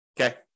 Okay